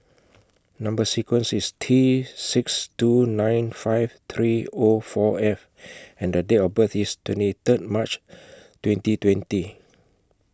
Number sequence IS T six two nine five three O four F and The Date of birth IS twenty Third March twenty twenty